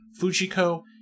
Fujiko